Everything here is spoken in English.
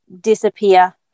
disappear